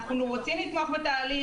אנחנו רוצים לתמוך בתהליך,